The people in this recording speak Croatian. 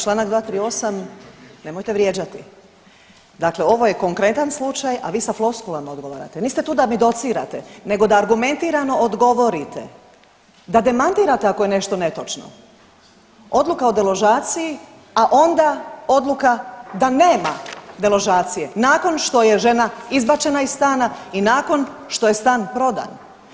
Čl. 238., nemojte vrijeđati, dakle ovo je konkretan slučaj, a vi sa floskulama odgovarate, niste tu da mi docirate nego da argumentirano odgovorite, da demantirate ako je nešto netočno, odluka o deložaciji, a onda odluka da nema deložacije nakon što je žena izbačena iz stana i nakon što je stan prodan.